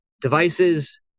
Devices